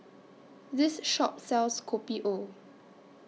This Shop sells Kopi O